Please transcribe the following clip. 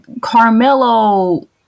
Carmelo